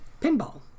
pinball